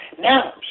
Now